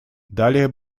далее